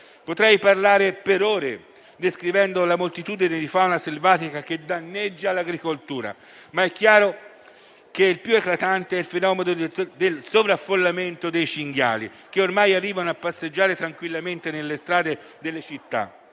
Potrei parlare per ore, descrivendo la moltitudine di fauna selvatica che danneggia l'agricoltura, ma è chiaro che il più eclatante è il fenomeno del sovraffollamento dei cinghiali, che ormai arrivano a passeggiare tranquillamente nelle strade delle città.